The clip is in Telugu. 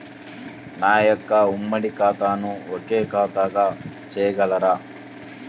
నా యొక్క ఉమ్మడి ఖాతాను ఒకే ఖాతాగా చేయగలరా?